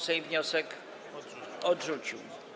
Sejm wniosek odrzucił.